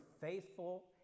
faithful